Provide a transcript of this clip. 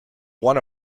won